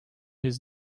his